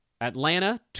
Atlanta